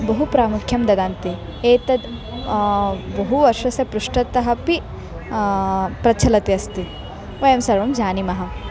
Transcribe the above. बहु प्रामुख्यं ददन्ति एतद् बहुवर्षस्य पृष्ठतः अपि प्रचलन् अस्ति वयं सर्वे जानीमः